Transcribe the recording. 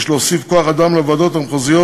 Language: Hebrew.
יש להוסיף כוח אדם לוועדות המחוזיות